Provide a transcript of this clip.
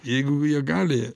jeigu jie gali